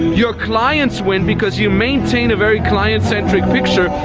your clients win because you maintain a very client-centric picture.